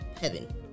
heaven